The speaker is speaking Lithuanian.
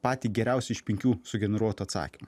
patį geriausią iš penkių sugeneruotų atsakymų